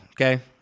okay